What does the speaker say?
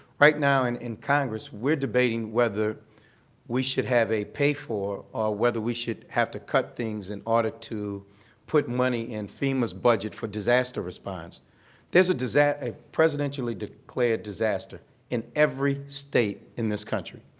right now and in congress, we're debating whether we should have a pay for or whether we should have to cut things in order to put money in fema's budget for disaster response there's a presidentially declared disaster in every state in this country,